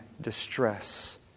distress